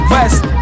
West